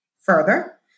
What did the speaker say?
further